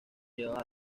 llevaba